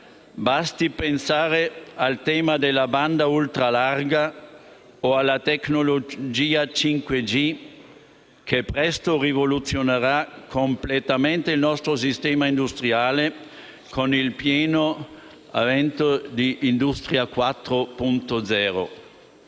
Basti pensare al tema della banda ultralarga o alla tecnologia 5G che presto rivoluzionerà completamente il nostro sistema industriale con il pieno avvento di Industria 4.0.